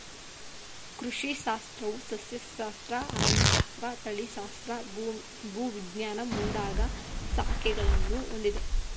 ಕೃಷಿ ಶಾಸ್ತ್ರವು ಸಸ್ಯಶಾಸ್ತ್ರ, ಅರಣ್ಯಶಾಸ್ತ್ರ, ತಳಿಶಾಸ್ತ್ರ, ಭೂವಿಜ್ಞಾನ ಮುಂದಾಗ ಶಾಖೆಗಳನ್ನು ಹೊಂದಿದೆ